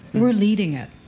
we're leading it.